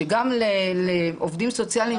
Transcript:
שגם לעובדים סוציאליים